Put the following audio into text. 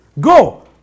Go